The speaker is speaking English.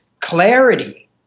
clarity